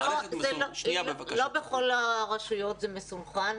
בכל הרשויות זה מסונכרן.